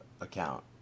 account